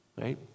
Right